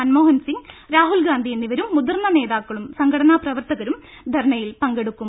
മൻമോ ഹൻസിംഗ് രാഹുൽഗാന്ധി എന്നിവരും മുതിർന്ന നേതാക്കളും സംഘടനാ പ്രവർത്തകരും ധർണയിൽ പങ്കെടുക്കും